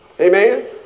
Amen